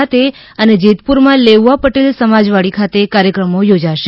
ખાતે અને જેતપુરમાં લેઉવા પટેલ સમાજ વાડી ખાતે કાર્યક્રમો યોજાશે